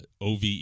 OVE